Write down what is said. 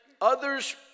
Others